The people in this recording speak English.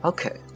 Okay